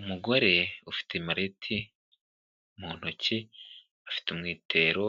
Umugore ufite marete mu ntoki, afite umwitero